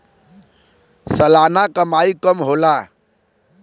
सलाना कमाई कम होला